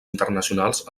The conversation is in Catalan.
internacionals